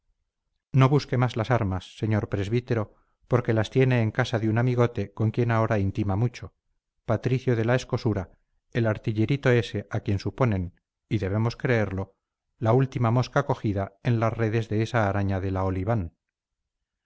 no busque más las armas señor presbítero porque las tiene en casa de un amigote con quien ahora intima mucho patricio de la escosura el artillerito ese a quien suponen y debemos creerlo la última mosca cogida en las redes de esa araña de la oliván